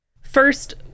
First